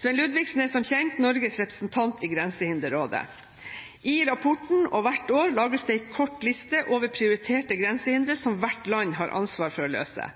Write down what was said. Svein Ludvigsen er som kjent Norges representant i Grensehinderrådet. I rapporten og hvert år lages det en kort liste over prioriterte grensehindre som hvert land har ansvar for å løse.